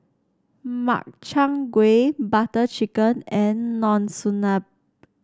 Makchang Gui Butter Chicken and Monsunabe